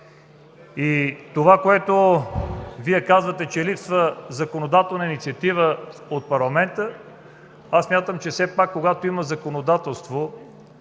И това, което Вие казвате, че липсва законодателна инициатива от парламента – аз смятам, че все пак когато има законодателство,